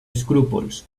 escrúpols